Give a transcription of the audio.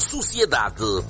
Sociedade